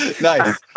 Nice